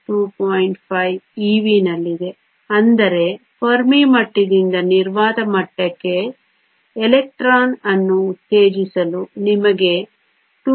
5 evನಲ್ಲಿದೆ ಅಂದರೆ ಫೆರ್ಮಿ ಮಟ್ಟದಿಂದ ನಿರ್ವಾತ ಮಟ್ಟಕ್ಕೆ ಎಲೆಕ್ಟ್ರಾನ್ ಅನ್ನು ಉತ್ತೇಜಿಸಲು ನಿಮಗೆ 2